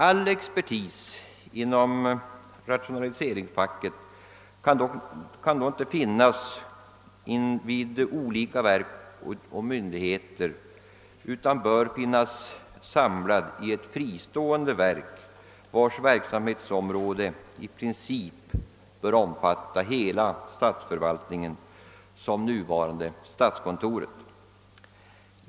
All expertis inom rationaliseringsfacket kan dock inte finnas vid olika verk och myndigheter utan bör vara samlad i ett fristående verk, vars arbetsområde i princip bör omfatta hela statsförvaltningen, såsom fallet är med det nuvarande statskontoret.